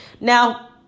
Now